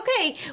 Okay